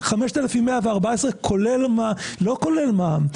5,114 שקל זה לא כולל מע"מ.